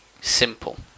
simple